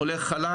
הולך חלק.